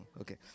Okay